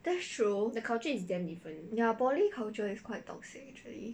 that's true ya poly culture is quite toxic actually